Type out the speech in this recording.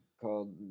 called